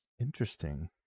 Interesting